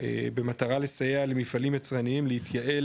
במטרה לסייע למפעלים יצרניים להתייעל,